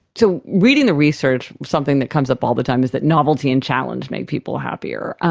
so reading the research, something that comes up all the time is that novelty and challenge make people happier,